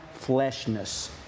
fleshness